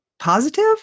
positive